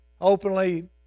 Openly